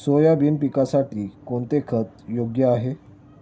Soybean पिकासाठी कोणते खत योग्य आहे?